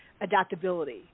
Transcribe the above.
adaptability